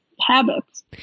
habits